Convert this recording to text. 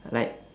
like